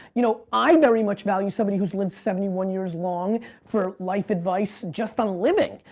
you know i very much value somebody who's lived seventy one years long for life advice just on living!